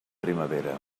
primavera